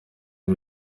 ubu